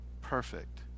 perfect